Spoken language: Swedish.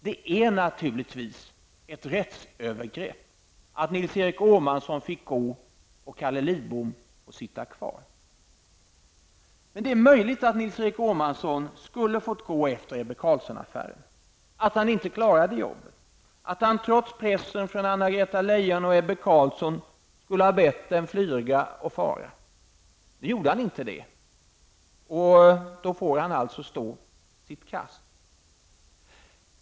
Det är naturligtvis ett rättsövergrepp att Nils-Erik Åhmansson fick gå och Det är möjligt att Nils-Erik Åhmansson skulle ha fått gå efter Ebbe Carlsson-affären -- att han inte klarade jobbet, att han trots pressen från Anna Greta Leijon och Ebbe Carlsson skulle ha bett dem fara och flyga. Nu gjorde han inte det, och då får han stå sitt kast.